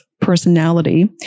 personality